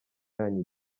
yanyu